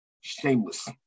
shameless